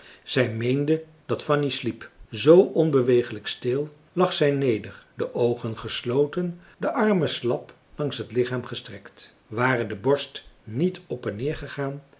zij meende dat fanny sliep zoo onbewegelijk stil lag zij neder de oogen gesloten de armen slap langs het lichaam gestrekt ware de borst niet op en neer gegaan